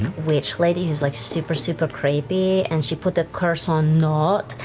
witch lady who's, like, super, super creepy, and she put a curse on nott.